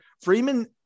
Freeman